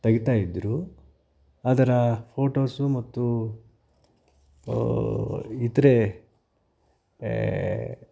ತೆಗಿತಾಯಿದ್ರು ಅದರ ಫೋಟೋಸು ಮತ್ತು ಇತರೆ